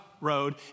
road